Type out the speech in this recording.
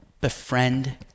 befriend